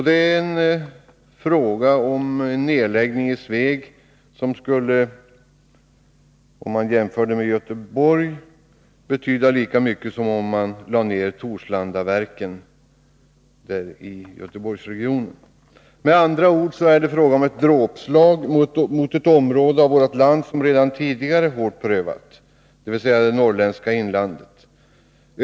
Det är fråga om en nedläggning som för Sveg betyder lika mycket som en nedläggning av Torslandaverken skulle betyda för Göteborgsregionen. Med andra ord blir det ett dråpslag mot ett område i vårt land som redan tidigare är hårt prövat, dvs. det norrländska inlandet.